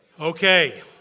Okay